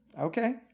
Okay